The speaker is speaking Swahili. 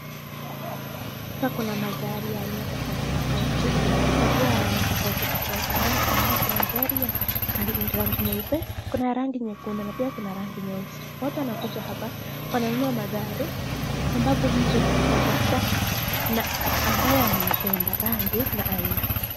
Hapa kuna magari ya aina tofauti tofauti na pia rangi tofauti tofauti ambayo tunaona kuna gari ya rangi nyeupe, kuna rangi nyekundu na pia kuna rangi nyeusi. Watu wanakuja hapa wananunua magari ambapo mtu anatafuta na ambayo ameipenda rangi na aina.